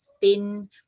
thin